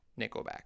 Nickelback